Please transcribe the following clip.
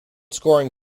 scoring